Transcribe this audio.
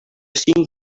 cinc